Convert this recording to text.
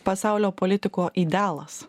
pasaulio politiko idealas